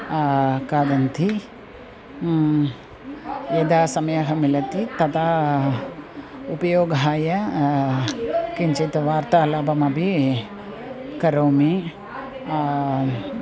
खादन्ति यदा समयः मिलति तदा उपयोगाय किञ्चित् वार्तालापं अपि करोमि